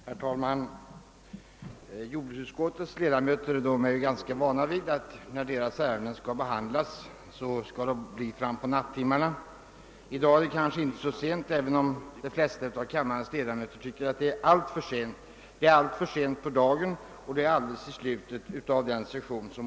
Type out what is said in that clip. Herr talman! Jordbruksutskottets 1edamöter är ganska vana vi att utskottets ärenden behandlas fram på nattimmar na. Nu är det väl inte särskilt sent, men de flesta av kammarens ledamöter tycker säkert ändå att det är alltför sent både på dagen och på vårens riksdagssession.